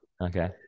Okay